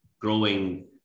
growing